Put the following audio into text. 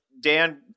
dan